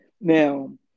Now